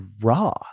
raw